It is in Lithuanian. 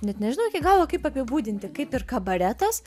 net nežinau iki galo kaip apibūdinti kaip ir kabaretas